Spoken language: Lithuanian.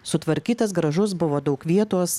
sutvarkytas gražus buvo daug vietos